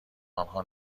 آنها